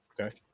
Okay